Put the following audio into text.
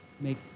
Make